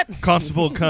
Constable